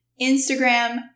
Instagram